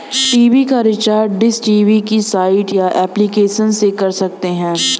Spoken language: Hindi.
टी.वी का रिचार्ज डिश टी.वी की साइट या एप्लीकेशन से कर सकते है